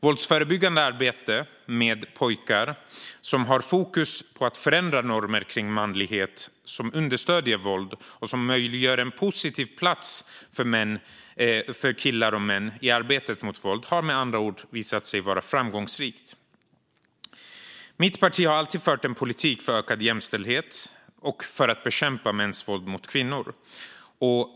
Våldsförebyggande arbete med pojkar som har fokus på att förändra normer kring manlighet som understöder våld och som möjliggör en positiv plats för killar och män i arbetet mot våld har med andra ord visat sig vara framgångsrikt. Mitt parti har alltid fört en politik för ökad jämställdhet och för att bekämpa mäns våld mot kvinnor.